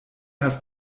hast